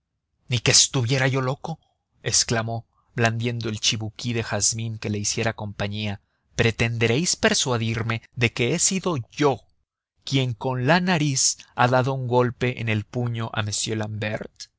ni que estuviera yo loco exclamó blandiendo el chibuquí de jazmín que le hiciera compañía pretenderéis persuadirme de que he sido yo quien con la nariz ha dado un golpe en el puño